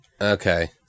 Okay